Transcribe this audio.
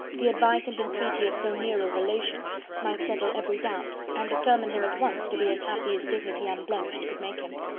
the advice and entreaty of so near a relation might settle every doubt, and determine him at once to be as happy as dignity unblemished could make him.